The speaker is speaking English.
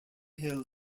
hill